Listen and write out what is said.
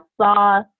saw